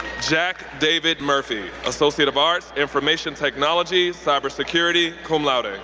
jack david murphy, associate of arts, information technology, cybersecurity, cum laude.